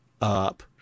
up